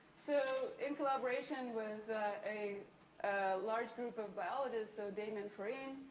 so, in collaboration with a large group of biologists, so, damon coreen,